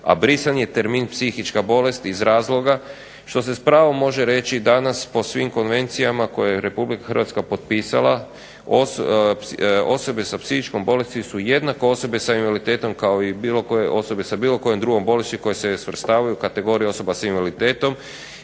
a brisan je termin psihička bolest iz razloga što se s pravom može reći danas po svim konvencijama koje je Republika Hrvatska potpisala osobe sa psihičkom bolesti su jednako osobe sa invaliditetom kao i bilo koje osobe sa bilo kojom drugom bolešću koje se svrstavaju u kategoriju osoba s invaliditetom